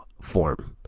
form